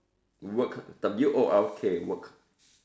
work W O R K work